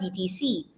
BTC